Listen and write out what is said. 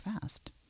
fast